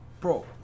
bro